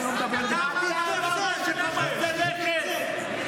אמרת שחמאס זה נכס.